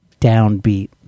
downbeat